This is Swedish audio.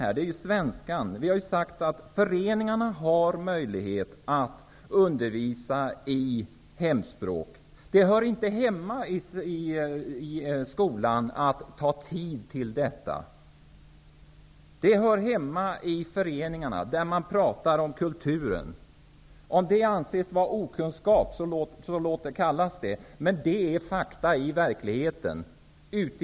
Vi har sagt att invandrarnas föreningar har möjlighet att undervisa i hemspråk. Det hör inte hemma i skolan att ta tid till detta. Sådan undervisning hör hemma i föreningarna, där man pratar om kulturen. Om det anses vara okunskap att hävda detta, så låt det kallas så, men det är fakta i verkligheten.